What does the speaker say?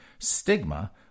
Stigma